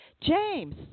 James